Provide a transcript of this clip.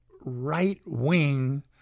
right-wing